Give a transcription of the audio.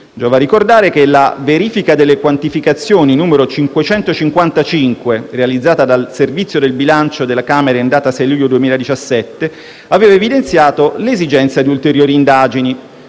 Giova ricordare che la verifica delle quantificazioni n. 555, realizzata dal Servizio del bilancio in data 6 luglio 2017, aveva evidenziato l'esigenza di ulteriori indagini.